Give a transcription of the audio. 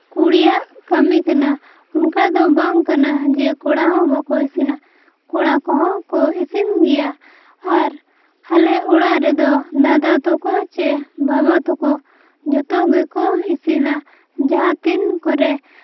ᱠᱩᱲᱤᱭᱟᱜ ᱠᱟᱹᱢᱤ ᱠᱟᱱᱟ ᱚᱱᱠᱟ ᱫᱚ ᱵᱟᱝ ᱠᱟᱱᱟ ᱡᱮ ᱠᱚᱲᱟ ᱦᱚᱲ ᱵᱟᱠᱚ ᱤᱥᱤᱱᱟ ᱠᱚᱲᱟ ᱠᱚᱦᱚᱸ ᱠᱚ ᱤᱥᱤᱱ ᱜᱮᱭᱟ ᱟᱨ ᱟᱞᱮ ᱚᱲᱟᱜ ᱨᱮᱫᱚ ᱫᱟᱫᱟ ᱛᱟᱠᱚ ᱥᱮ ᱵᱟᱵᱟ ᱛᱟᱠᱚ ᱡᱚᱛᱚ ᱜᱮᱠᱚ ᱤᱥᱤᱱᱟ ᱡᱟᱦᱟᱸ ᱛᱤᱱ ᱠᱚᱨᱮ